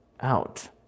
out